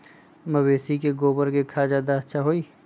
मवेसी के गोबर के खाद ज्यादा अच्छा होई?